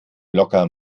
locker